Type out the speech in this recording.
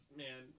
man